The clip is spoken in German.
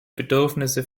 bedürfnisse